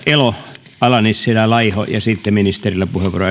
elo ala nissilä laiho ja sitten ministerille puheenvuoro